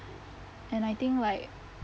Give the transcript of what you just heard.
and I think like